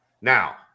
Now